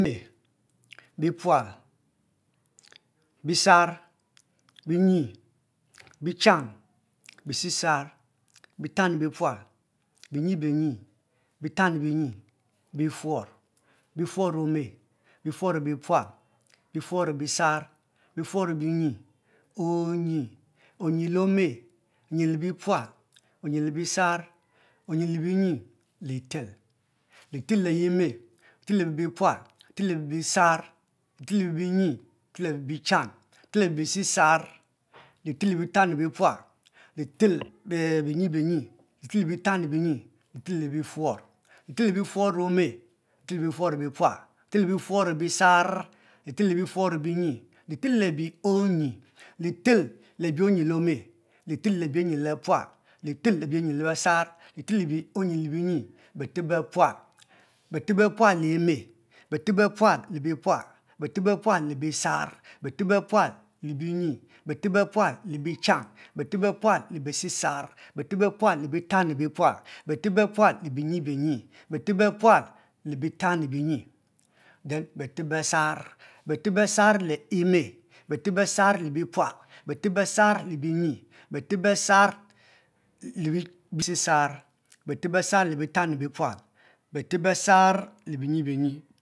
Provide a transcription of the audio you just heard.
Eme bipual bisar binyi bichan bisisar bitanyi bipual benyi benyi bitanyi binyi bifuor bifuor le me bi fuor bepual bifuor bisar bifuor binyi onyi onyi le ome onyiu le opual onyi le bisar onyi le binyi litel lite llite le ome litel le bipual litel le bisar litel le binyi litel le bichan ltel le bisisar litel le bitanyi bipaual litel le benyi benyi litel le bitanyi bipual litel le bifuor litel litel le biguor ome litel le buffuor bipual lite le biffuor bisar litel le bifuon binyi litel le bifuor bichan litel le bifouor bisisar litel le bifuor bitanyi bipual, litel le be bifuor benyi benyi litel le bifuor bitanyi binyi beteb bepual befeb bepual le ome befeb bepual a bipual beteb bepual le bisar beteb bepual le binyi beteb bepual le binyi befeb beteb bepual le bichan beteb bepual le bisisar beteb bepual le bitanyi bipual betebebepual le benyi benyi beteb bepual le batany binti the beteb besar betebe sar le me beteb besar le bipual beteb besar le bisisar beteb besar le bitanyi bipual beteb besar le benyi benyi